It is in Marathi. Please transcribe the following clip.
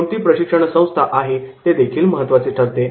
कोणती प्रशिक्षण संस्था आहे तेदेखील महत्त्वाची ठरते